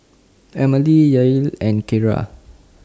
Emilie Yael and Keara